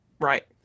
Right